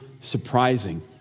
surprising